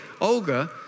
Olga